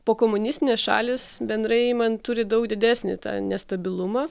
pokomunistinės šalys bendrai imant turi daug didesnį tą nestabilumą